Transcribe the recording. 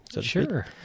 Sure